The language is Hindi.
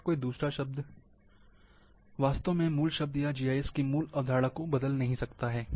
और कोई दूसरा शब्द वास्तव में मूल शब्द या जीआईएस की मूल अवधारणा को बदल नहीं सकता है